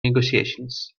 negotiations